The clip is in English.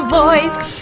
voice